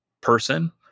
person